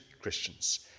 Christians